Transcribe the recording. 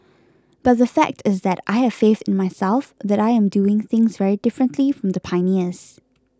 but the fact is that I have faith in myself that I am doing things very differently from the pioneers